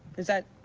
is that?